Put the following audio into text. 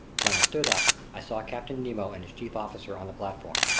when i stood up, i saw captain nemo and his chief officer on the platform.